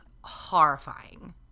horrifying